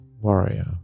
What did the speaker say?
warrior